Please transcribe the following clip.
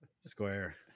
square